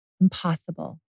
Impossible